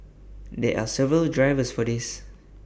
there are several drivers for this